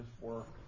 work